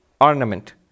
ornament